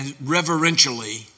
reverentially